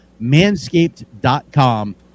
manscaped.com